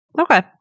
Okay